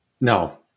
no